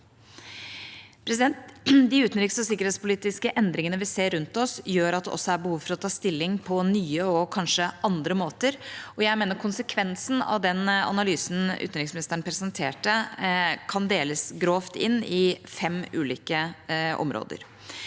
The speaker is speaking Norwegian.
De utenriks- og sikkerhetspolitiske endringene vi ser rundt oss, gjør at det også er behov for å ta stilling på nye og kanskje andre måter, og jeg mener konsekvensen av den analysen utenriksministeren presenterte, grovt kan deles inn i fem ulike områder.